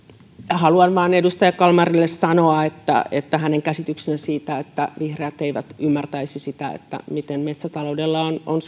haluan edustaja kalmarille sanoa että että hänen käsityksensä siitä että vihreät eivät ymmärtäisi sitä miten metsätaloudella on on